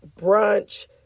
brunch